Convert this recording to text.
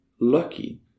lucky